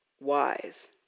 wise